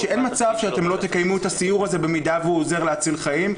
שאין מצב שאתם לא תקיימו את הסיוע הזה במידה והוא עוזר להציל חיים,